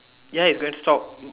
ya he's going to stop